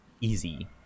easy